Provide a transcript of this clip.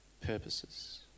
purposes